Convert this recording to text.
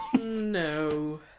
No